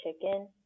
chicken